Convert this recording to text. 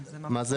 מה?